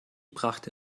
brachte